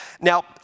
Now